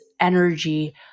energy